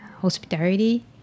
hospitality